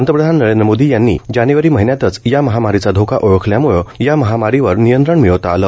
पंतप्रधान नरेंद्र मोदी यांनी जानेवारी महिन्यातच या महामारीचा धोका ओळखल्याम्ळं या महामारीवर नियंत्रण मिळवता आलं